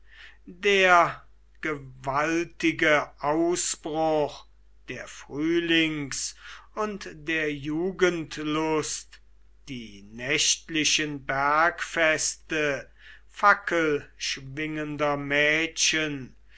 der gewaltige ausbruch der frühlings und der jugendlust die nächtlichen bergfeste fackelschwingender mädchen